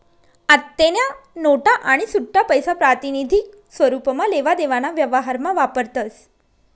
आत्तेन्या नोटा आणि सुट्टापैसा प्रातिनिधिक स्वरुपमा लेवा देवाना व्यवहारमा वापरतस